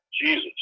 Jesus